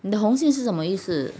你的红线是什么意思